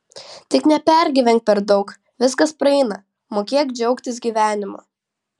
tik nepergyvenk per daug viskas praeina mokėk džiaugtis gyvenimu